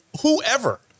whoever